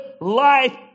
life